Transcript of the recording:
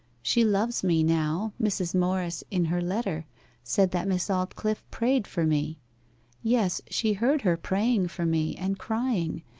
she loves me now. mrs. morris in her letter said that miss aldclyffe prayed for me yes, she heard her praying for me, and crying.